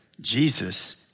Jesus